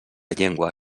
llengua